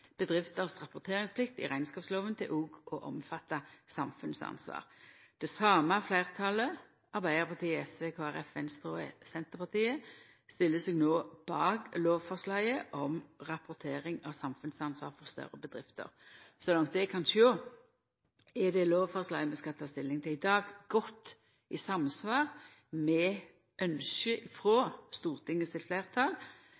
rapporteringsplikt i rekneskapslova til òg å omfatta samfunnsansvar. Det same fleirtalet – Arbeidarpartiet, SV, Kristeleg Folkeparti, Venstre og Senterpartiet – stiller seg no bak lovforslaget om rapportering av samfunnsansvar for større bedrifter. Så langt eg kan sjå, er det lovforslaget vi skal ta stilling til i dag, godt i samsvar med